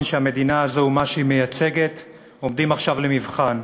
שהמדינה הזו ומה שהיא מייצגת עומדים עכשיו למבחן,